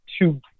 two